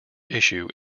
issue